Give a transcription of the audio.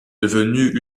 devenu